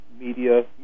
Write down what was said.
media